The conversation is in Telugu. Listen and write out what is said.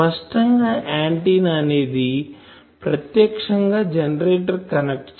స్పష్టం గా ఆంటిన్నా అనేది ప్రత్యక్షంగా జెనరేటర్ కి కనెక్ట్ చేయము